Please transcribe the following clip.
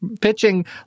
pitching